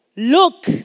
Look